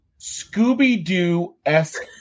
scooby-doo-esque